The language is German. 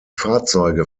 fahrzeuge